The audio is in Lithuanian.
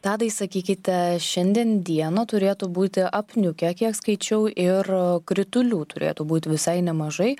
tadai sakykite šiandien dieną turėtų būti apniukę kiek skaičiau ir kritulių turėtų būt visai nemažai